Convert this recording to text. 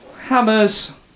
Hammers